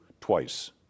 twice